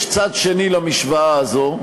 יש צד שני למשוואה הזו,